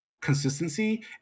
consistency